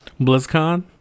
BlizzCon